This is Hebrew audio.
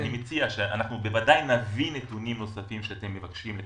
אנחנו נביא את הנתונים הנוספים שאתם מבקשים לקבל,